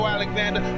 Alexander